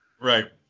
right